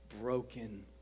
broken